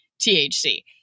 THC